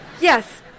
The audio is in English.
Yes